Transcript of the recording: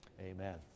Amen